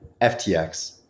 FTX